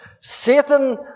Satan